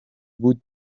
would